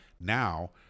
now